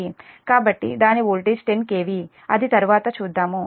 కాబట్టి దాని voltage 10 kv అది తరువాత చూద్దాము